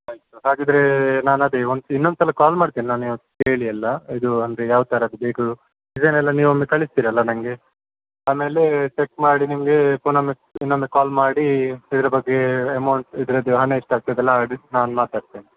ಆಯಿತು ಹಾಗಿದ್ದರೆ ನಾನು ಅದೇ ಒಂದ್ಸ್ ಇನ್ನೊಂದ್ಸಲ ಕಾಲ್ ಮಾಡ್ತೀನಿ ನಾನು ಯಾವತ್ತು ಹೇಳಿ ಎಲ್ಲ ಇದು ಅಂದರೆ ಯಾವ ಥರದ್ದು ಬೇಕು ಡೆಸೈನ್ ಎಲ್ಲ ನೀವು ಒಮ್ಮೆ ಕಳ್ಸ್ತೀರಲ್ಲ ನನಗೆ ಆಮೇಲೆ ಚೆಕ್ ಮಾಡಿ ನಿಮಗೆ ಪುನಃ ಒಮ್ಮೆ ಇನ್ನೊಮ್ಮೆ ಕಾಲ್ ಮಾಡಿ ಇದರ ಬಗ್ಗೆ ಎಮೌಂಟ್ ಇದ್ರದ್ದು ಹಣ ಎಷ್ಟಾಗ್ತದೆಲ್ಲ ನಾನು ಡಿಸ್ ನಾನು ಮಾತಾಡ್ತೇನೆ